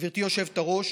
גברתי היושבת-ראש: